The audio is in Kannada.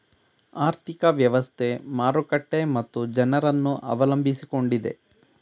ಆರ್ಥಿಕ ವ್ಯವಸ್ಥೆ, ಮಾರುಕಟ್ಟೆ ಮತ್ತು ಜನರನ್ನು ಅವಲಂಬಿಸಿಕೊಂಡಿದೆ